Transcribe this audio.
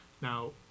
now